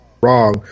wrong